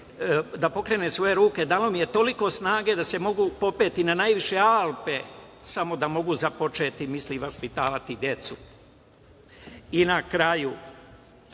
da pokrenem svoje ruke, dalo mi je toliko snage da se mogu popeti na najviše Alpe, samo da mogu započeti, misli, vaspitavati decu. Na kraju,